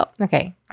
Okay